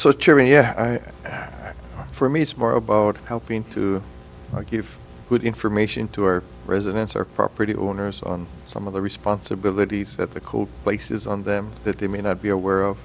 those trees yeah i for me it's more about helping to give good information to our residents or property owners on some of the responsibilities that the cool places on them that they may not be aware of